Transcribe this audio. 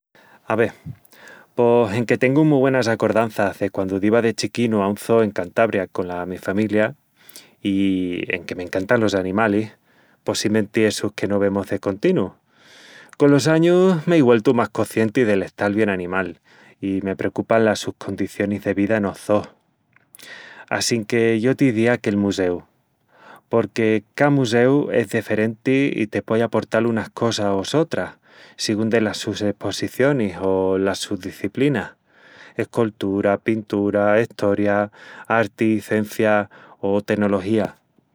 Ave... pos enque tengu mu güenas acordanças de quandu diva de chiquinu a un zoo en Cantabria cola mi familia, i enque m'encantan los animalis, possimenti, essus que no vemus de continu, colos añus m'ei güeltu más coscienti del estal bien animal i me precupan las sus condicionis de vida enos zoos. Assinque yo t'izía que'l museu. Porque ca museu es deferenti i te puei aportal unas cosas o sotras sigún delas sus esposicionis o las sus diciplinas (escoltura, pintura, estoria, arti, cencia o tenología).